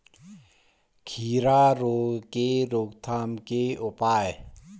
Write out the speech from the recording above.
खीरा रोग के रोकथाम के उपाय?